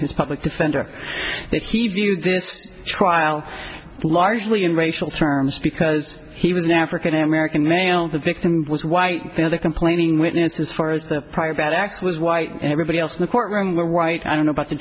his public defender that he viewed this trial largely in racial terms because he was an african american male the victim was white the complaining witness as far as the prior bad acts was white and everybody else in the courtroom were white i don't know about the